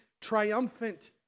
triumphant